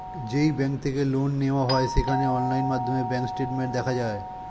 যেই ব্যাঙ্ক থেকে লোন নেওয়া হয় সেখানে অনলাইন মাধ্যমে ব্যাঙ্ক স্টেটমেন্ট দেখা যায়